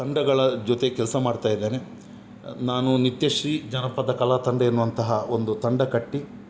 ತಂಡಗಳ ಜೊತೆ ಕೆಲಸ ಮಾಡ್ತಾಯಿದ್ದೇನೆ ನಾನು ನಿತ್ಯಶ್ರೀ ಜನಪದ ಕಲಾ ತಂಡ ಎನ್ನುವಂತಹ ಒಂದು ತಂಡ ಕಟ್ಟಿ